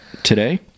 today